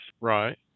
Right